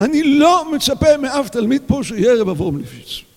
אני לא מצפה מאף תלמיד פה שיהיה ר' אברהם ליבוביץ.